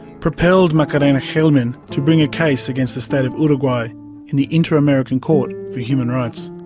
propelled macarena gelman to bring a case against the state of uruguay in the inter-american court for human rights.